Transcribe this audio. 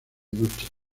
duchas